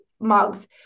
mugs